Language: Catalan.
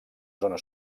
zona